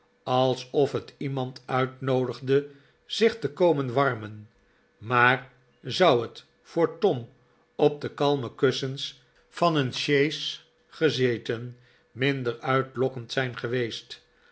alsof het iemand uitnoodigde zich te komen warmen maar zou het voor tom op de klamme kussens van een sjees gezeten minder uitlokkend zijn geweest